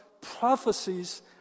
prophecies